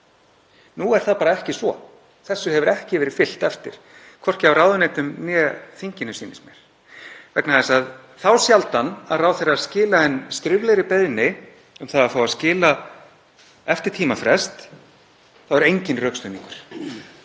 Nú er það bara ekki svo. Þessu hefur ekki verið fylgt eftir, hvorki af ráðuneytum né þinginu, sýnist mér, vegna þess að þá sjaldan að ráðherrar skila inn skriflegri beiðni um að fá að skila eftir tímafrest fylgir enginn rökstuðningur.